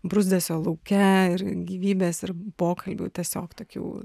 bruzdesio lauke ir gyvybės ir pokalbių tiesiog tokių